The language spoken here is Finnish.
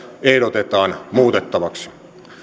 ehdotetaan muutettavaksi